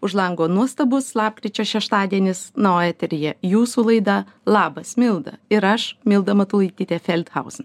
už lango nuostabus lapkričio šeštadienis na o eteryje jūsų laida labas milda ir aš milda matulaitytė felthauzin